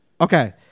Okay